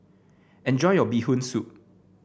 enjoy your Bee Hoon Soup